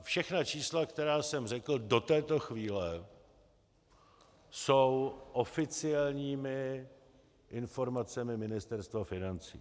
Všechna čísla, která jsem řekl do této chvíle, jsou oficiálními informacemi Ministerstva financí.